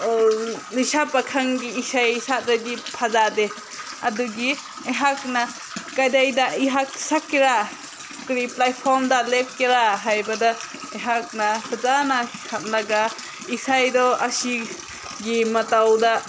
ꯂꯩꯁꯥ ꯄꯥꯈꯪꯒꯤ ꯏꯁꯩ ꯁꯛꯂꯗꯤ ꯐꯖꯗꯦ ꯑꯗꯨꯒꯤ ꯑꯩꯍꯥꯛꯅ ꯀꯗꯥꯏꯗ ꯑꯩꯍꯥꯛ ꯁꯛꯀꯦꯔꯥ ꯀꯔꯤ ꯄ꯭ꯂꯦꯠꯐꯣꯝꯗ ꯂꯦꯞꯀꯦꯔꯥ ꯍꯥꯏꯕꯗ ꯑꯩꯍꯥꯛꯅ ꯐꯖꯅ ꯈꯜꯂꯒ ꯏꯁꯩꯗꯣ ꯑꯁꯤꯒꯤ ꯃꯇꯧꯗ